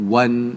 one